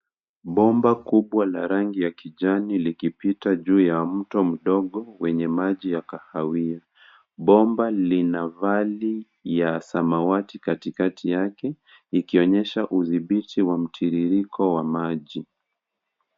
Bomba kubwa la rangi ya kijani likipita juu ya mto mdogo wenye maji ya kahawia. Bomba lina valley ya samawati katikati yake ikionyesha udhibiti wa mtiririko wa maji.